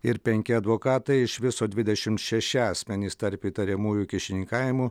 ir penki advokatai iš viso dvidešimt šeši asmenys tarp įtariamųjų kyšininkavimu